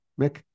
Mick